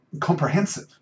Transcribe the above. comprehensive